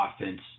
Offense